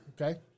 Okay